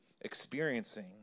experiencing